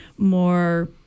more